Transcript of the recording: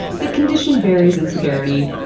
the condition varies in severity.